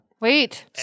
Wait